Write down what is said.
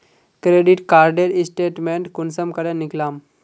Credit कार्डेर statement कुंसम करे निकलाम?